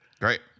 Great